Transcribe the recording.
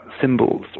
symbols